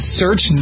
search